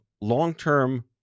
long-term